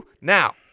Now